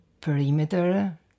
Perimeter